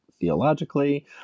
theologically